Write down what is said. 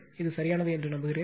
இது சரியானது என்று நம்புகிறேன்